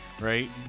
right